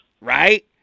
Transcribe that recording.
Right